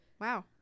wow